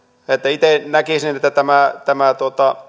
itse näkisin että tämä tämä